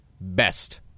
best